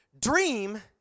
Dream